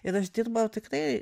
ir aš dirbu tikrai